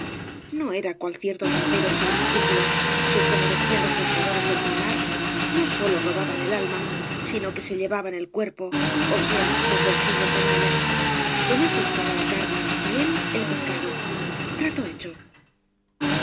no era cual ciertos rateros sin eserúpuios que como decían los pescadoreb del paimar no sólo robaban el alma sino que se llevaban el cuerpo ó sea ios bolsillos de malla tonet buscaría la carne y él el pescado trato hecho